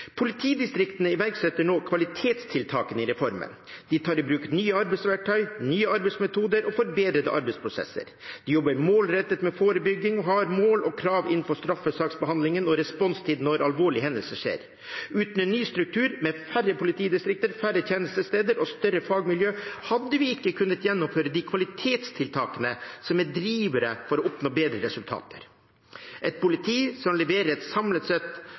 Politidistriktene iverksetter nå kvalitetstiltakene i reformen. De tar i bruk nye arbeidsverktøy, nye arbeidsmetoder og forbedrete arbeidsprosesser. De jobber målrettet med forebygging og har mål og krav innenfor straffesaksbehandlingen og responstid når alvorlige hendelser skjer. Uten en ny struktur med færre politidistrikter, færre tjenestesteder og større fagmiljøer hadde vi ikke kunnet gjennomføre de kvalitetstiltakene som er drivere for å oppnå bedre resultater. Et politi som samlet sett leverer